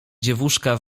dziewuszka